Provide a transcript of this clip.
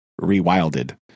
rewilded